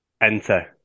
enter